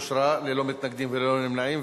הצעת החוק אושרה ללא מתנגדים וללא נמנעים,